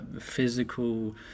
physical